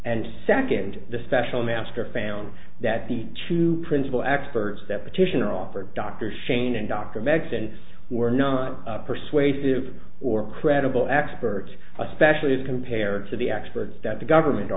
and second the special master found that the two principal experts that petitioner offered dr shane and dr max and were not persuasive or credible experts especially as compared to the experts that the government